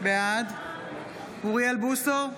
בעד אוריאל בוסו,